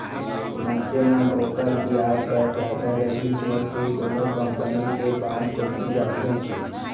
मनसे मन ओकर बियाज दर जादा रही सोच के कोनो कंपनी के बांड कोती जाथें